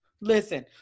Listen